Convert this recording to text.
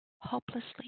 hopelessly